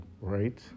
right